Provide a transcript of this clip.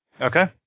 Okay